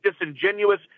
disingenuous